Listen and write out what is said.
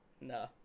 No